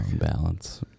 Balance